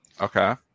Okay